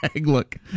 look